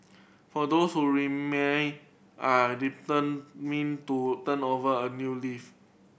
for those who remain are determined to turn over a new leaf